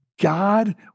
God